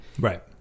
Right